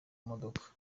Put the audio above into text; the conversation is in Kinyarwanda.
modoka